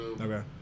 Okay